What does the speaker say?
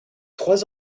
trois